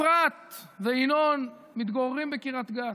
אפרת וינון מתגוררים בקריית גת.